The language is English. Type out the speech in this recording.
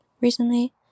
recently